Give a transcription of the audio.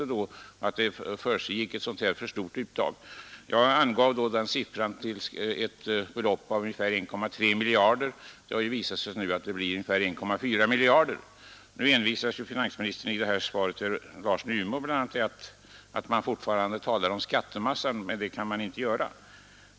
I debatten uppgav jag att den överuttagna skatten skulle uppgå till ungefär 1,3 miljarder kronor; det har nu visat sig att den blir ungefär 1,4 miljarder kronor. I svaret till herr Larsson i Umeå envisas finansministern med att tala om skattemassan, men det kan man inte göra.